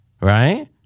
Right